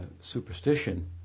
superstition